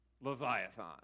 Leviathan